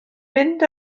mynd